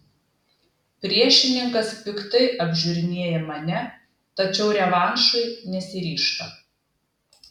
priešininkas piktai apžiūrinėja mane tačiau revanšui nesiryžta